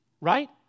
right